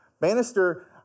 Bannister